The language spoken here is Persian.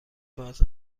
باز